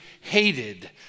hated